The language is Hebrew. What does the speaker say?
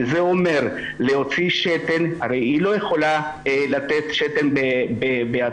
שזה אומר להוציא שתן הרי היא לא יכולה לתת שתן בעצמה,